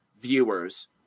viewers